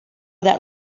that